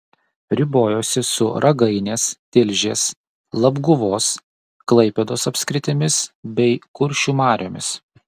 ribojosi su ragainės tilžės labguvos klaipėdos apskritimis bei kuršių mariomis